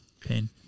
Pain